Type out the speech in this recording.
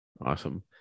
Awesome